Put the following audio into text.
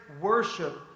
worship